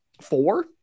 four